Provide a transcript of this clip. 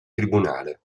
tribunale